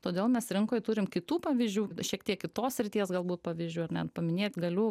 todėl mes rinkoj turim kitų pavyzdžių šiek tiek kitos srities galbūt pavyzdžių ar ne paminėt galiu